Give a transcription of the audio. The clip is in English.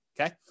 okay